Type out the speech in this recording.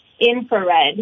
infrared